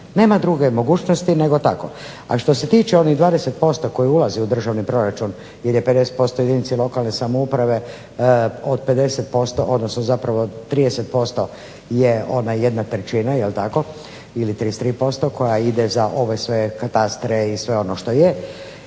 Nema druge mogućnosti nego tako. A što se tiče onih 20% koji ulaze u državni proračun jer je 50% jedinici lokalne samouprave od 50% odnosno zapravo 30% je ona jedna trećina. Jel' tako ili 33% koja ide za ove sve katastre i sve ono što je.